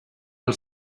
her